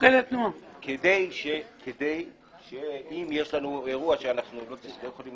כדי שאם יש לנו אירוע שאנחנו לא יכולים